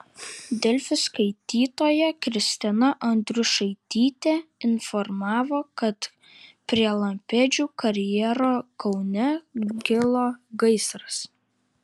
delfi skaitytoja kristina andriušaitytė informavo kad prie lampėdžių karjero kaune kilo gaisras